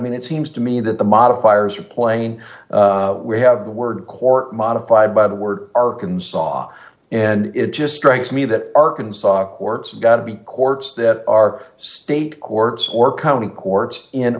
mean it seems to me that the modifiers for plane we have the word court modified by the word arkansas and it just strikes me that arkansas courts got to be courts that are state courts or county courts in